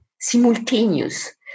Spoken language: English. simultaneous